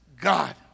God